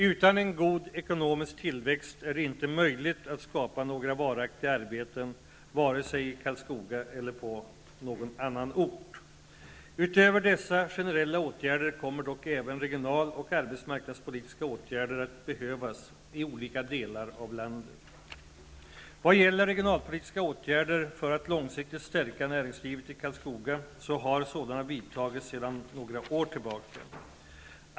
Utan en god ekonomisk tillväxt är det inte möjligt att skapa några varaktiga arbeten vare sig i Karlskoga eller på någon annan ort. Utöver dessa generella åtgärder kommer dock även regional och arbetsmarknadspolitiska åtgärder att behövas i olika delar av landet. Vad gäller regionalpolitiska åtgärder för att långsiktigt stärka näringslivet i Karlskoga, så har sådana vidtagits sedan några år tillbaka.